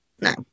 no